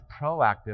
proactive